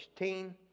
16